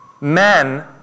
men